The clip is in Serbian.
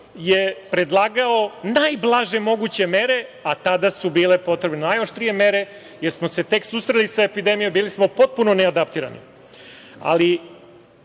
je predlagao najblaže moguće mere, a tada su bile potrebne najoštrije mere jer smo se tek susreli sa epidemijom, bili smo potpuno neadaptirani.